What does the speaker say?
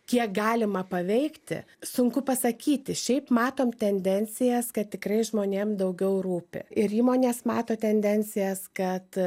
kiek galima paveikti sunku pasakyti šiaip matom tendencijas kad tikrai žmonėm daugiau rūpi ir įmonės mato tendencijas kad